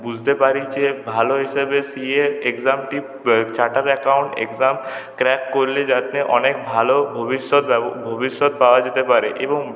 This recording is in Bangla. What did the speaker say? বুঝতে পারি যে ভালো হিসাবে সিএ এক্সামটি চার্টার্ড অ্যাকাউন্ট এক্সাম ক্র্যাক করলে যাতে অনেক ভালো ভবিষ্যৎ ভবিষ্যৎ পাওয়া যেতে পারে এবং